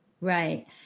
Right